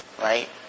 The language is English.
right